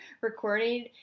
recording